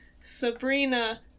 sabrina